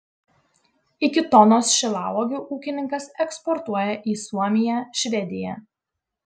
iki tonos šilauogių ūkininkas eksportuoja į suomiją švediją